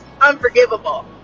unforgivable